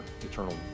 eternal